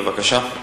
בבקשה.